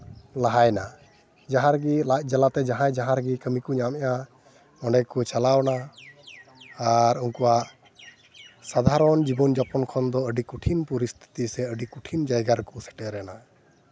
ᱞᱟᱦᱟᱭᱮᱱᱟ ᱡᱟᱦᱟᱸ ᱨᱮᱜᱮ ᱞᱟᱡ ᱡᱟᱞᱟᱛᱮ ᱡᱟᱦᱟᱸᱭ ᱡᱟᱦᱟᱸ ᱨᱮᱜᱮ ᱠᱟᱹᱢᱤ ᱠᱚ ᱧᱟᱢ ᱮᱫᱼᱟ ᱚᱸᱰᱮ ᱠᱚ ᱪᱟᱞᱟᱣᱮᱱᱟ ᱟᱨ ᱩᱱᱠᱩᱣᱟᱜ ᱥᱟᱫᱷᱟᱨᱚᱱ ᱡᱤᱵᱚᱱ ᱡᱟᱯᱚᱱ ᱠᱷᱚᱱ ᱫᱚ ᱟᱹᱰᱤ ᱠᱚᱴᱷᱤᱱ ᱯᱚᱨᱤᱥᱛᱷᱤᱛᱤ ᱥᱮ ᱟᱹᱰᱤ ᱠᱚᱴᱷᱤᱱ ᱡᱟᱭᱜᱟ ᱨᱮᱠᱚ ᱥᱮᱴᱮᱨ ᱮᱱᱟ